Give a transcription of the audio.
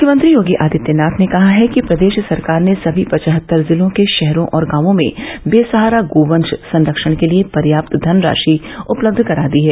मुख्यमंत्री योगी आदित्यनाथ कहा है कि प्रदेष सरकार ने सभी पचहत्तर जिलों के षहरो और गांवों में र्बसहारा गोवंष संरक्षण के लिए पर्याप्त धनराषि उपलब्ध करा दी है